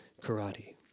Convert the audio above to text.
karate